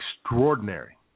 extraordinary